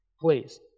please